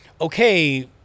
okay